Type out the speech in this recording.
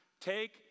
Take